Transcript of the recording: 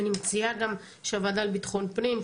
אני מציעה גם שהוועדה לביטחון פנים,